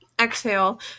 exhale